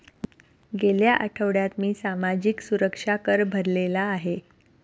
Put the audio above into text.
गेल्या आठवड्यात मी सामाजिक सुरक्षा कर भरलेला आहे